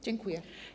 Dziękuję.